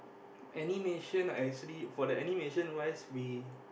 animation are actually for the animation wise we